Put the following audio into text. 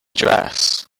dress